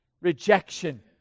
rejection